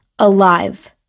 Alive